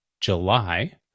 July